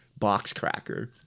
boxcracker